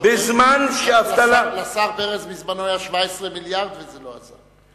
לשר פרץ בזמנו היו 17 מיליארד וזה לא עזר.